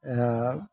ଏହା